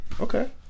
Okay